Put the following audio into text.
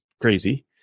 crazy